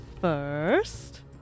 first